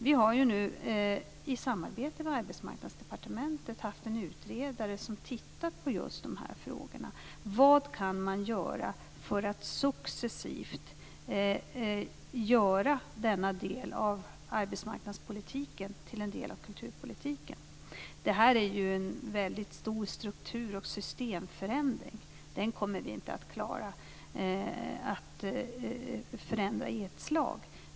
Vi har nu i samarbete med Arbetsmarknadsdepartementet haft en utredare som har tittat på just de här frågorna. Vad kan man göra för att successivt göra denna del av arbetsmarknadspolitiken till en del av kulturpolitiken? Det här är en väldigt stor struktur och systemförändring, som vi inte kommer att klara av att genomföra i ett slag.